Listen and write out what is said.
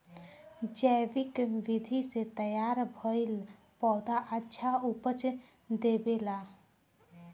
जैविक विधि से तैयार भईल पौधा अच्छा उपज देबेला